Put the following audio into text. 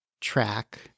track